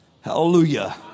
Hallelujah